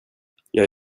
jag